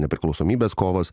nepriklausomybės kovos